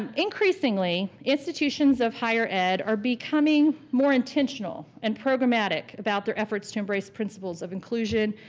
um increasingly, institutions of higher ed are becoming more intentional and programmatic about their efforts to embrace principles of inclusion,